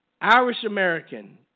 Irish-American